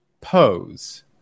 Pose